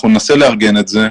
אנחנו ננסה לארגן את זה.